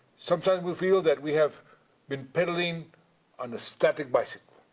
sometimes we feel that we have been peddling on a static bicycle.